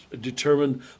determined